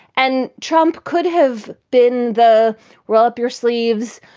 and trump could have been the roll up your sleeves.